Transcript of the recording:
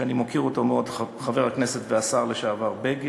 שאני מוקיר אותו מאוד, חבר הכנסת והשר לשעבר בגין.